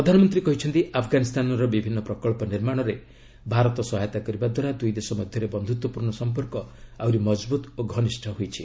ପ୍ରଧାନମନ୍ତ୍ରୀ କହିଛନ୍ତି ଆଫ୍ଗାନିସ୍ତାନର ବିଭିନ୍ନ ପ୍ରକଳ୍ପ ନିର୍ମାଣରେ ଭାରତ ସହାୟତା କରିବା ଦ୍ୱାରା ଦୁଇ ଦେଶ ମଧ୍ୟରେ ବନ୍ଧୁତ୍ୱପୂର୍ଣ୍ଣ ସମ୍ପର୍କ ଆହୁରି ମଜବୁତ୍ ଓ ଘନିଷ୍ଠ ହୋଇଛି